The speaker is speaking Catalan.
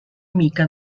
mica